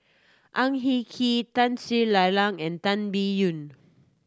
Ang Hin Kee Tun Sri Lanang and Tan Biyun